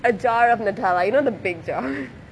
a jar of Nutella you know the big jar